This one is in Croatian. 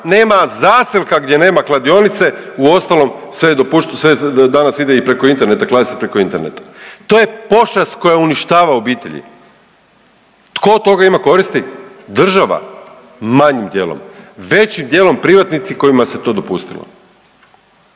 nema zaselka gdje nema kladionice uostalom sve je dopušteno danas ide i preko interneta, kladi se preko interneta. To je pošast koja uništava obitelji. Tko od toga ima koristi? Država manjim dijelom, većim dijelom privatnici kojima se to dopustilo.